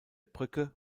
brücke